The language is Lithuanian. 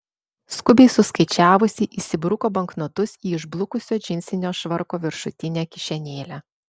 skubiai suskaičiavusi įsibruko banknotus į išblukusio džinsinio švarko viršutinę kišenėlę